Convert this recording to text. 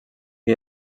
que